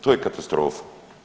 To je katastrofa!